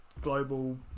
global